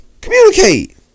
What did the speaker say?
Communicate